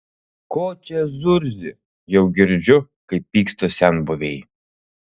ko čia zurzi jau girdžiu kaip pyksta senbuviai